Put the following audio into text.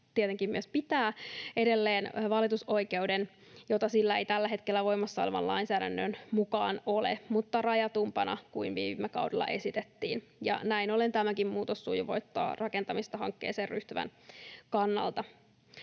tietenkin myös pitää edelleen valitusoikeuden, jota sillä ei tällä hetkellä voimassa olevan lainsäädännön mukaan ole, mutta rajatumpana kuin viime kaudella esitettiin. Näin ollen tämäkin muutos sujuvoittaa rakentamista hankkeeseen ryhtyvän kannalta.